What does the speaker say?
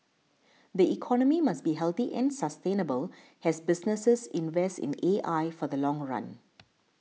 the economy must be healthy and sustainable as businesses invest in A I for the long run